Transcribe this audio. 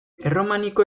erromaniko